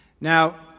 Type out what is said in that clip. Now